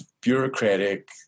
bureaucratic